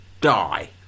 die